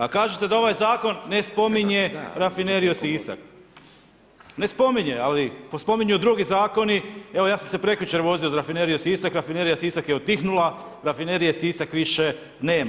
A kažete da ovaj zakon ne spominje rafineriju Sisak, ne spominje, ali spominju drugi zakoni, evo ja sam se prekjučer vozio uz rafineriju Sisak, rafinerija Sisak je utihnula, rafinerije Sisak više nema.